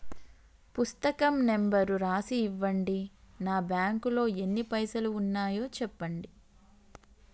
పుస్తకం నెంబరు రాసి ఇవ్వండి? నా బ్యాంకు లో ఎన్ని పైసలు ఉన్నాయో చెప్పండి?